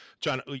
John